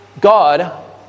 God